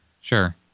Sure